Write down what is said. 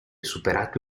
superato